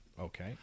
Okay